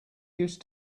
used